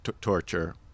torture